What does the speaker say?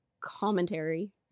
commentary